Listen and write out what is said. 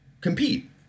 compete